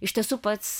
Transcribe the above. iš tiesų pats